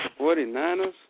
49ers